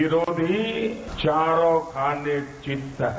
विरोधी चारों खाने चित हैं